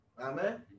Amen